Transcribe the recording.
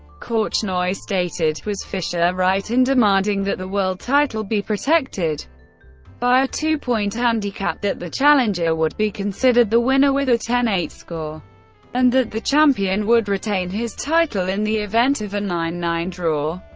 korchnoi stated was fischer right in demanding that the world title be protected by a two point handicap that the challenger would be considered the winner with a ten eight score and that the champion would retain his title in the event of a nine nine draw?